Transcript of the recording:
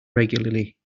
regularly